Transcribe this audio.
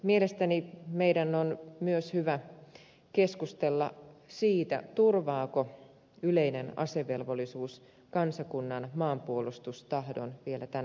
mielestäni meidän on myös hyvä keskustella siitä turvaako yleinen asevelvollisuus kansakunnan maanpuolustustahdon vielä tänä päivänä